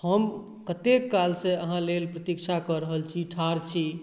हम कतेक कालसँ अहाँ लेल प्रतीक्षा कऽ रहल छी ठाढ़ छी